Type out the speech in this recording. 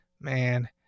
Man